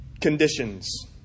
conditions